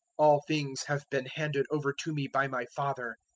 all things have been handed over to me by my father,